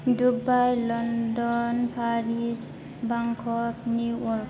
Dubai London Paris Bangkok New York